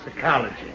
psychology